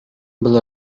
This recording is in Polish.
byle